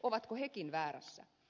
ovatko hekin väärässä